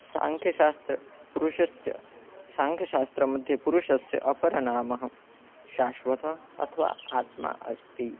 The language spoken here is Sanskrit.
साङ्ख्यशास्त्रं पुरुषस्य साङ्ख्यशास्त्रमध्ये पुरुषस्य अपरनाम शाश्वतः अथवा आत्मा अस्ति